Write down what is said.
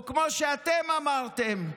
או כמו שאתם אמרתם: